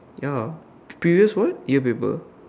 ya the previous what year paper